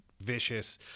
Vicious